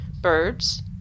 birds